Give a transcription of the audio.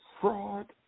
fraud